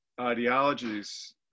ideologies